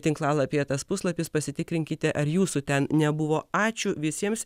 tinklalapyje tas puslapis pasitikrinkite ar jūsų ten nebuvo ačiū visiems